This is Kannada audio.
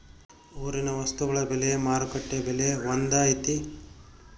ಊರಿನ ವಸ್ತುಗಳ ಬೆಲೆ ಮಾರುಕಟ್ಟೆ ಬೆಲೆ ಒಂದ್ ಐತಿ?